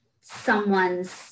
someone's